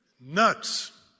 Nuts